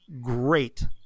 great